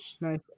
nice